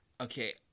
Okay